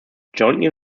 jointly